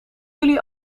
jullie